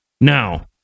Now